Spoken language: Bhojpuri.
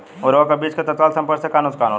उर्वरक अ बीज के तत्काल संपर्क से का नुकसान होला?